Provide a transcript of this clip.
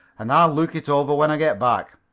and i'll look it over when i get back.